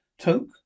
Toke